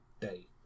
day